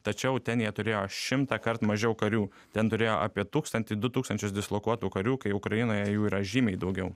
tačiau ten jie turėjo šimtąkart mažiau karių ten turėjo apie tūkstantį du tūkstančius dislokuotų karių kai ukrainoje jų yra žymiai daugiau